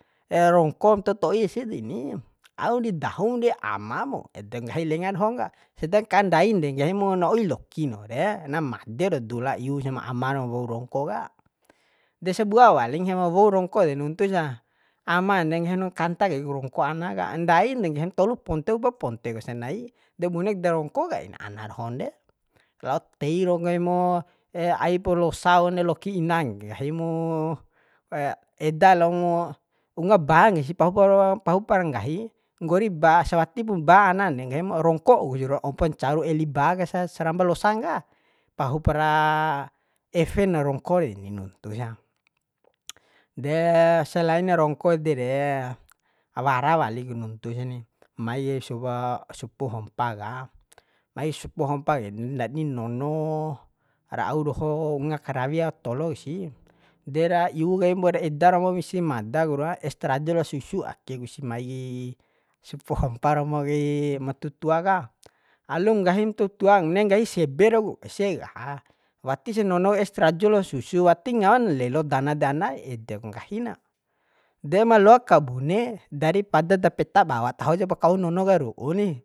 rongkom toto'i ese deni au di dahum di ama mu edek nggahi lenga dohon ka sedangkan ndain de nggahi mu na oi lokin waure na mader dula iusa ma ama ra wou rongko ka de sabua wali ngahimu wou rongko de nuntusa aman de nggahim kanta kai ku rongko ana ka ndainde nggahim tolu ponte upa ponte ku sanai de bune ku da rongko kain ana dohon re lao tei ru nggahi mu aipu losa waun dei loki inan nggahimu eda lo unga ba kasi pahuparo pahupar nggahi nggori ba sawatipu ba anan de nggahimu rongko wau si ompon caru eli ba kasa saramba losan ka pahupara efe na rongko reni nuntu sa de selaina rongko ede re wara wali ku nuntusani mai kai supua supu hompa ka mai supu hompa ke ndadi nono ra au doho nga karawi ao tolo kasi de ra iu kaim mbo ra eda romo isi mada ku ra es trajo lao susu akek si mai kai supu hompa romo kai ma tutua ka alum nggahim tutua bune nggahi sebe rauk ese ka watisa nono es trajo lao susu wati ngawan lelo dana de anaee edek nggahi na de maloak kabune dari pada da peta bawa taho jap kau nono ka ru'u ni